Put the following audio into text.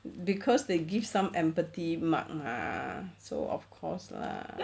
cause they give some empathy mark mah so of course lah